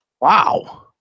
Wow